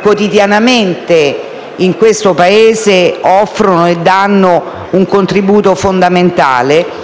quotidianamente in questo Paese offrono un contributo fondamentale